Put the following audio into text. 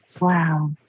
wow